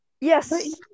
Yes